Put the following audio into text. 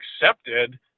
accepted